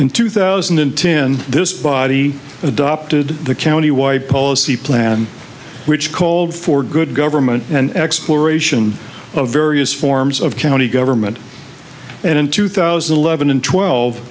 in two thousand and ten this body adopted the county wide policy plan which called for good government and exploration of various forms of county government and in two thousand and eleven and twelve